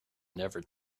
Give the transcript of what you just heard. never